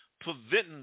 preventing